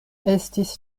estis